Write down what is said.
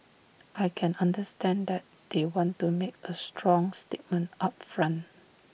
I can understand that they want to make A strong statement up front